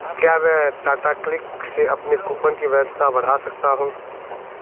क्या मैं टाटा क्लिक से अपने कूपन की वैधता बढ़ा सकता हूँ